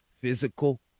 physical